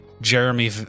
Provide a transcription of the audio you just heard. jeremy